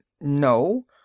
No